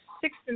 six